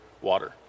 water